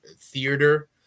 theater